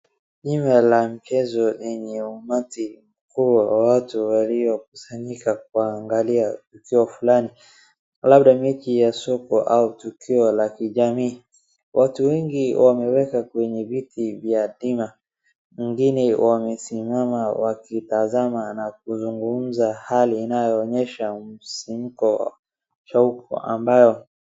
dimba la mchezo lenye umati mkubwa wa watu waliokusanyika kuangalia tukio fulani labda mechi ya siku au tukio la kijamii. Watu wengi wameweka kwenye viti vya dima. Mwingine wamesimama wakitazama na kuzungumza, hali inayoonyesha msisimko, shauku ambayo...